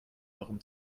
warum